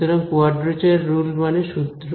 সুতরাং quadrature rule মানে সূত্র